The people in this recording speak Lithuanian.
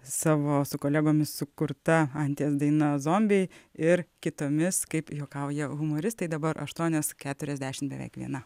savo su kolegomis sukurta anties daina zombiai ir kitomis kaip juokauja humoristai dabar aštuonios keturiasdešimt viena